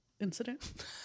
incident